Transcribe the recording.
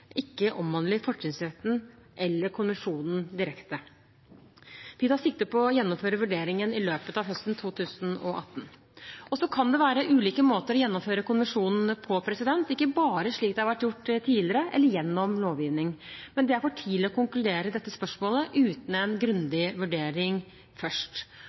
ikke omhandler fortrinnsretten eller konvensjonen direkte. Vi tar sikte på å gjennomføre vurderingen i løpet av høsten 2018. Så kan det være ulike måter å gjennomføre konvensjonen på, ikke bare slik det har vært gjort tidligere, eller gjennom lovgivning. Men det er for tidlig å konkludere i dette spørsmålet uten en grundig vurdering først.